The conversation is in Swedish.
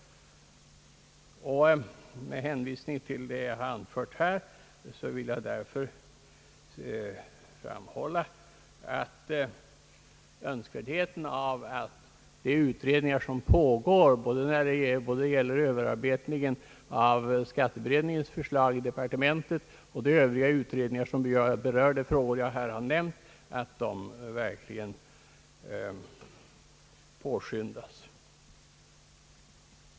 Med hänvisning till vad jag nu anfört vill jag framhålla önskvärdheten av att de utredningar som pågår både när det gäller överarbetningen av skatteberedningens förslag i departementet och de övriga utredningar som berör de frågor jag här har nämnt verkligen påskyndas.